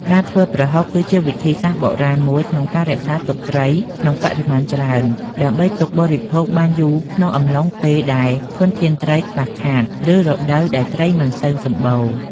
ការធ្វើប្រហុកគឺជាវិធីសាស្រ្តបុរាណមួយក្នុងការរក្សាទុកត្រីក្នុងបរិមាណច្រើន ដើម្បីទុកបរិភោគបានយូរក្នុងអំឡុងពេលដែលធនធានត្រីខ្វះខាត ឬរដូវដែលត្រីមិនសូវសម្បូរ។